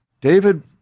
David